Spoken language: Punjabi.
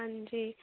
ਹਾਂਜੀ